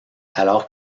alors